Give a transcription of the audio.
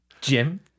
Jim